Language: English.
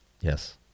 Yes